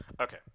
Okay